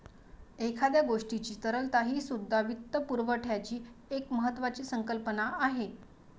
एखाद्या गोष्टीची तरलता हीसुद्धा वित्तपुरवठ्याची एक महत्त्वाची संकल्पना आहे